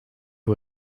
who